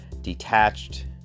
detached